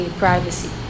privacy